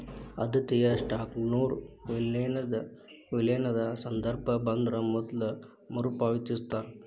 ಆದ್ಯತೆಯ ಸ್ಟಾಕ್ನೊರ ವಿಲೇನದ ಸಂದರ್ಭ ಬಂದ್ರ ಮೊದ್ಲ ಮರುಪಾವತಿಸ್ತಾರ